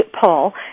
Paul